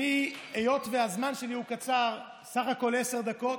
היות שהזמן שלי קצר, סך הכול עשר דקות,